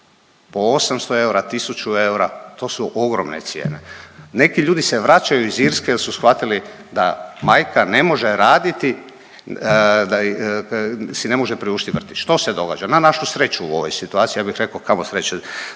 Po 800 eura, 1000 eura, to su ogromne cijene. Neki ljudi se vraćaju iz Irske jer su shvatili da majka ne može raditi, da si ne može priuštiti vrtić. Što se događa? Na našu sreću u ovoj situaciji, ja bih rekao kamo sreće